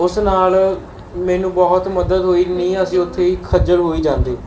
ਉਸ ਨਾਲ ਮੈਨੂੰ ਬਹੁਤ ਮਦਦ ਹੋਈ ਨਹੀਂ ਅਸੀਂ ਉੱਥੇ ਹੀ ਖੱਜਲ ਹੋਈ ਜਾਂਦੇ